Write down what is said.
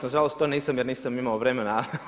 Na žalost to nisam jer nisam imao vremena.